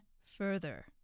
further